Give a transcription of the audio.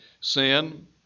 sin